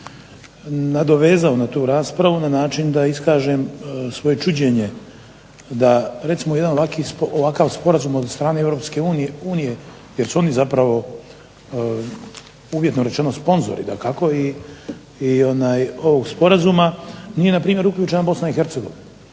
nadovezao na tu raspravu na način da iskažem svoje čuđenje da recimo jedan ovakav sporazum od strane EU jer su oni zapravo uvjetno rečeno sponzori ovog sporazuma nije npr. uključena BiH.